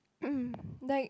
like